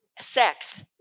sex